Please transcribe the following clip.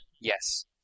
Yes